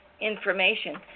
information